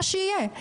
מה שיהיה.